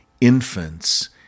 infants